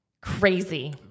crazy